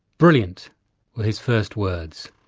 brilliant were his first words,